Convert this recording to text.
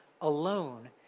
alone